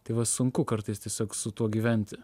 tai va sunku kartais tiesiog su tuo gyventi